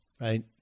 right